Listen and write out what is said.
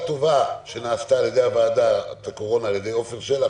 טובה שנעשתה על ידי ועדת הקורונה על ידי עפר שלח,